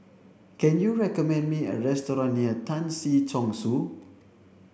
can you recommend me a restaurant near Tan Si Chong Su